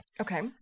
Okay